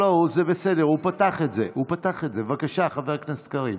בבקשה, חבר הכנסת קריב.